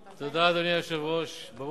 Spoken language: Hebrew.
מחר סגן השר יחליט גם לחבר הכנסת טלב אלסאנע על,